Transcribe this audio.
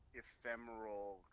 ephemeral